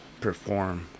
perform